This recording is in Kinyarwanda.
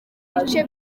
bice